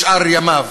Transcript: בשאר ימיו,